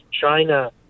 China